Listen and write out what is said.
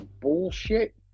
bullshit